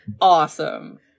awesome